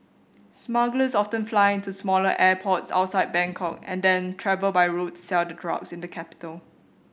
smugglers often fly into smaller airports outside Bangkok and then travel by road to sell the cross in the capital